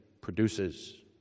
produces